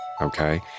okay